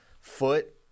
foot